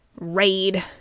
raid